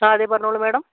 ആ അതെ പറഞ്ഞോളൂ മേഡം